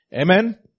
Amen